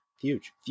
huge